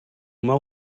mewn